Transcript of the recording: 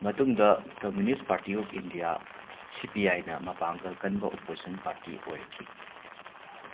ꯃꯇꯨꯡꯗ communist party of India C P ꯑꯩꯏꯅ ꯃꯥꯄꯥꯡꯒꯜ ꯀꯟꯕ ꯑꯣꯄꯣꯖꯤꯁꯟ ꯄꯥꯔꯇꯤ ꯑꯣꯏꯔꯛꯈꯤ